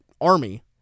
Army